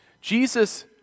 Jesus